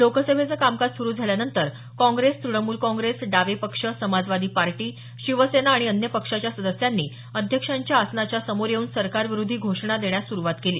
लोकसभेचं कामकाज सुरू झाल्यानंतर काँग्रेस तुणमूल काँग्रेस डावे पक्ष समाजवादी पार्टी शिवसेना आणि अन्य पक्षाच्या सदस्यांनी अध्यक्षांच्या आसनाच्या समोर येऊन सरकारविरोधी घोषणा देण्यास सुरूवात केली